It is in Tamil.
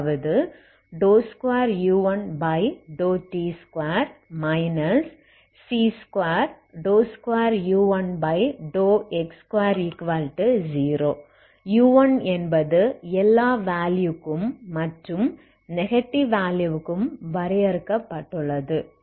அதாவது 2u1t2 c22u1x20 u1என்பது எல்லா வேலுயுக்கும் மற்றும் நெகடிவ் வேலுயுக்கும் வரையறுக்கப்பட்டுள்ளது